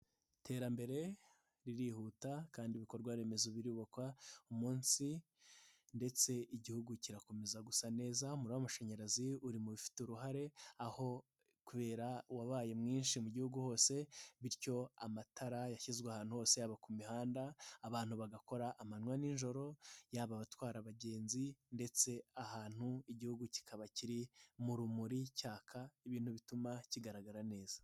Iterambere ririhuta kandi ibikorwa remezo bibukwa umunsi ku munsi, ndetse igihugu kirakomeza gusa neza, umuriro w'amashanyarazi uri mu bifite uruhare aho kubera wabaye mwinshi mu gihugu hose, bityo amatara yashyizwe ahantu hose yaba ku mihanda abantu bagakora amanywa n'ijoro yaba abatwara abagenzi, ndetse ahantu igihugu kikaba kiri mu rumuri cyaka ibintu bituma kigaragara neza.